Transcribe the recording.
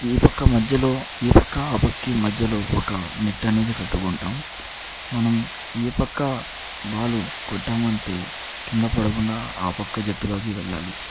ఈ పక్క మధ్యలో ఈ పక్క ఆ పక్కకి మధ్యలో ఒక నెట్ అనేది కట్టుకుంటాం మనం ఏ పక్క బాల్ కొట్టామంటే కింద పడకుండా ఆ పక్క జట్టులోకి వెళ్ళాలి